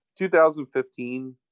2015